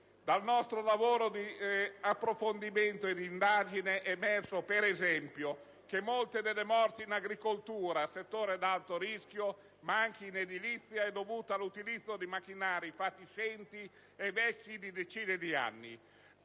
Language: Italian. Dal nostro lavoro di approfondimento e di indagine è emerso, ad esempio, che molte delle morti in agricoltura (settore ad alto rischio), ma anche in edilizia, sono dovute all'utilizzo di macchinari fatiscenti e vecchi di decine di anni.